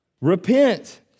Repent